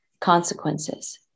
consequences